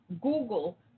Google